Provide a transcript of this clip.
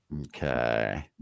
okay